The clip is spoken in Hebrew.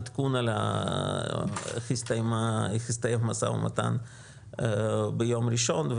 נבקש גם עדכון על איך הסתיים המשא ומתן ביום ראשון,